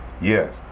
Yes